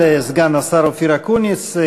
תודה לסגן השר אופיר אקוניס.